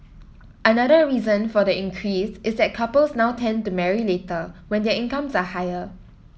another reason for the increase is that couples now tend to marry later when their incomes are higher